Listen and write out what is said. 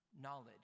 knowledge